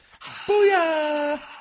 Booyah